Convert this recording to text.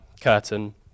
curtain